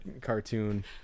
cartoon